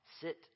Sit